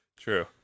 True